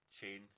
chain